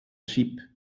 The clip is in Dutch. schip